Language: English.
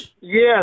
Yes